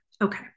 Okay